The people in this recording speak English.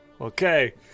Okay